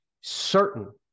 certain